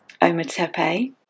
Ometepe